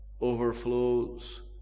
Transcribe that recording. overflows